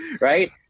right